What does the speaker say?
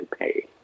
pay